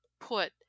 put